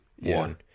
one